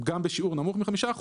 גם בשיעור נמוך מ-5%,